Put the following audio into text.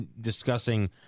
discussing